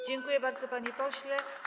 Dziękuję bardzo, panie pośle.